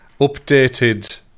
updated